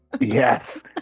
Yes